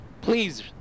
Please